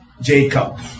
Jacob